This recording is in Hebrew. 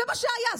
זה מה שהיה.